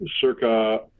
circa